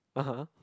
(uh huh)